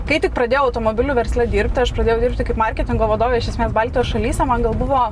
kai tik pradėjau automobilių versle dirbti aš pradėjau dirbti kaip marketingo vadovė iš esmės baltijos šalyse man gal buvo